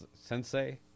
sensei